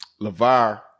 Levar